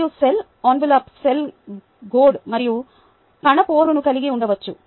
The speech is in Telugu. మరియు సెల్ ఎన్వలప్ సెల్ గోడ మరియు కణ పొరను కలిగి ఉండవచ్చు